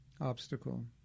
obstacle